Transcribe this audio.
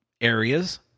areas